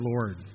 Lord